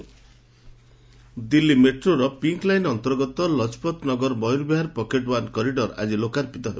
Delhi metro Delhi ମେଟ୍ରୋର pink line ଅନ୍ତର୍ଗତ ଲଜପତନଗର ମୟରବିହାର pocket one corridor ଆଜି ଲୋକାର୍ପିତ ହେବ